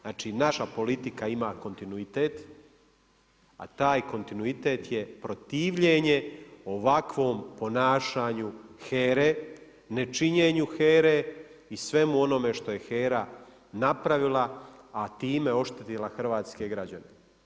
Znači naša politika ima kontinuitet, a taj kontinuitet je protivljenje ovakvom ponašanju HERA-e, nečinjenju HERA-e i svemu onome što je HERA napravila a time oštetila hrvatske građane.